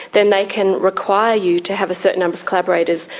then they can require you to have a certain number of collaborators,